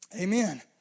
Amen